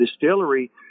Distillery